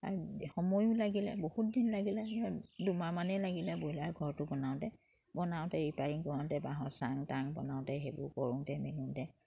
সময়ো লাগিলে বহুত দিন লাগিলে দুমাহমানেই লাগিলে ব্ৰইলাৰ ঘৰটো বনাওঁতে বনাওঁতে ৰিপায়াৰিং কৰোঁতে বাঁহৰ চাং টাং বনাওঁতে সেইবোৰ কৰোঁতে মেলোঁতে